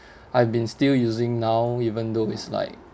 I've been still using now even though is like